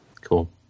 Cool